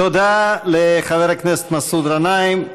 תודה לחבר הכנסת מסעוד גנאים.